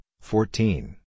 fourteen